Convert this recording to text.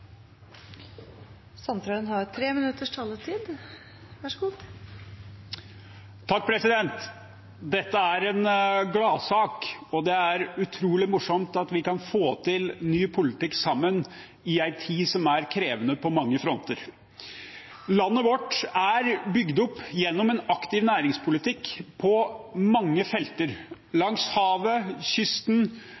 ordet, har en taletid på inntil 3 minutter Dette er en gladsak, og det er utrolig morsomt at vi kan få til ny politikk sammen i en tid som er krevende på mange fronter. Landet vårt er bygd opp gjennom en aktiv næringspolitikk på mange felter: